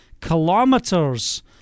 kilometers